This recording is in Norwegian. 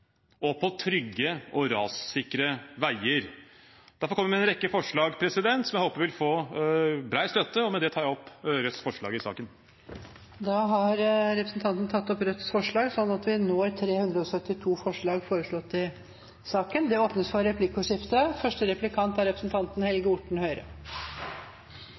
og på trygge og rassikre veier. Derfor kommer vi med en rekke forslag som jeg håper vil få bred støtte. Med det tar jeg opp Rødts forslag i saken. Da har representanten Bjørnar Moxnes tatt opp Rødts forslag, så nå er det 372 forslag til saken. Det blir replikkordskifte.